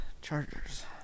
Chargers